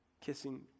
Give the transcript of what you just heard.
kissing